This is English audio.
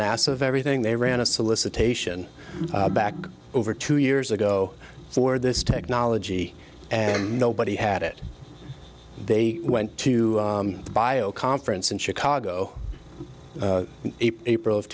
nasa of everything they ran a solicitation back over two years ago for this technology and nobody had it they went to buy a conference in chicago april of